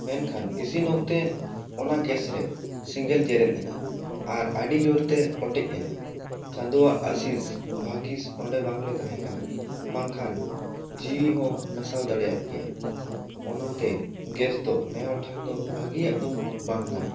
ᱢᱮᱱᱠᱷᱟᱱ ᱤᱥᱤᱱ ᱚᱠᱛᱮ ᱚᱱᱟ ᱜᱮᱥ ᱨᱮ ᱥᱤᱸᱜᱮᱞ ᱡᱮᱨᱮᱫ ᱮᱱᱟ ᱟᱨ ᱟᱨ ᱟᱹᱰᱤ ᱡᱚᱨ ᱛᱮ ᱚᱴᱮᱫ ᱮᱱᱟ ᱪᱟᱸᱫᱚᱣᱟᱜ ᱟᱹᱥᱤᱥ ᱵᱷᱟᱹᱜᱤᱥ ᱚᱸᱰᱮ ᱵᱟᱝ ᱞᱮ ᱛᱟᱦᱮᱸ ᱠᱟᱱᱟ ᱵᱟᱝᱠᱷᱟᱱ ᱡᱤᱣᱤ ᱦᱚᱸ ᱱᱟᱥᱟᱣ ᱫᱟᱲᱮᱭᱟᱜ ᱠᱮᱭᱟ ᱚᱱᱟᱛᱮ ᱜᱮᱥ ᱫᱚ ᱱᱮ ᱦᱚᱲ ᱴᱷᱮᱱ ᱫᱚ ᱵᱷᱟᱹᱜᱤᱭᱟᱜ ᱫᱚ ᱵᱟᱝ ᱠᱟᱱᱟ